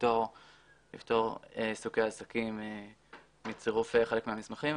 לפטור סוגי עסקים מצירוף חלק מהמסמכים.